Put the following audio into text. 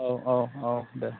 औ औ औ दे